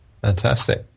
Fantastic